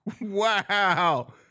Wow